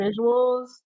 visuals